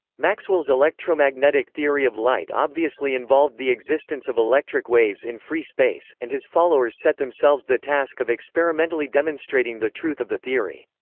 maxwell's electromagnetic theory of light obviously involved the existence of electric waves in free space, and his followers set themselves the task of experimentally demonstrating the truth of the theory.